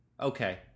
okay